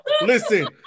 Listen